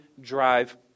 drive